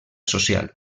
social